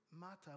matter